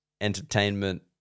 entertainment